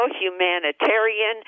humanitarian